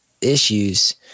issues